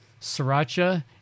sriracha